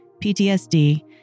PTSD